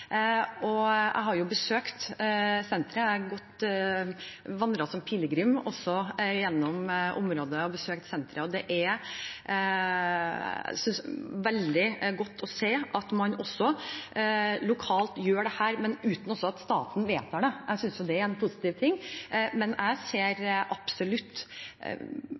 Jeg har besøkt senteret, jeg har vandret som pilegrim gjennom området og besøkt senteret, og det er veldig godt å se at man gjør dette lokalt, også uten at staten vedtar det. Jeg synes jo det er en positiv ting, men jeg